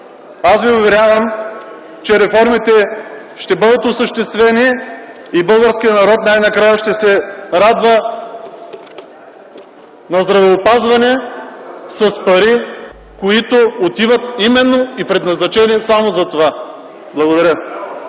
Аз ви уверявам, че реформите ще бъдат осъществени и българският народ най-накрая ще се радва на здравеопазване с пари, които отиват и са предназначени именно само за това. Благодаря.